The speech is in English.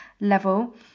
level